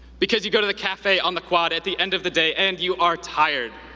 because you go to the cafe on the quad at the end of the day and you are tired,